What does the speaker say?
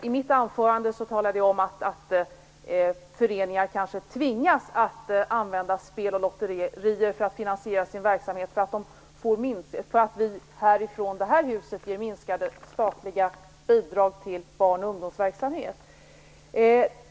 I mitt anförande talade jag om att föreningar kanske tvingas använda spel och lotterier för att finansiera sin verksamhet för att vi i det här huset ger minskade statliga bidrag till barn och ungdomsverksamhet.